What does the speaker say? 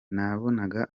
nabonaga